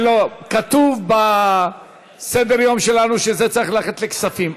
כתוב בסדר-היום שלנו שזה צריך ללכת לכספים,